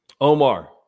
Omar